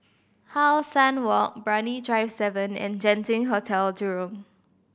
How Sun Walk Brani Drive Seven and Genting Hotel Jurong